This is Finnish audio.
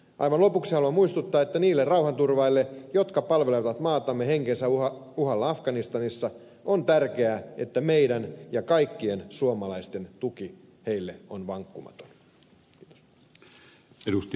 aivan lopuksi haluan muistuttaa että niille rauhanturvaajille jotka palvelevat maatamme henkensä uhalla afganistanissa on tärkeää että meidän ja kaikkien suomalaisten tuki heille on vankkumaton